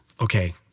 okay